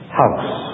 house